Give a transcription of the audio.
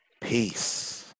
Peace